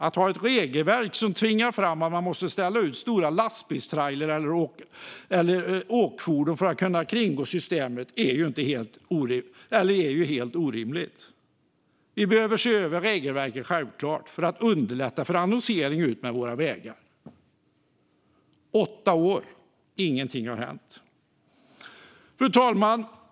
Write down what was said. Att ha ett regelverk som tvingar en att ställa ut stora lastbilstrailrar eller åkfordon för att kunna kringgå systemet är helt orimligt. Vi behöver självklart se över regelverket för att underlätta för annonsering utmed våra vägar. Åtta år och ingenting har hänt. Fru talman!